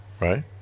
Right